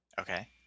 Okay